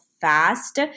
fast